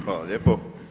Hvala lijepo.